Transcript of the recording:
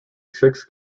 six